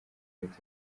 leta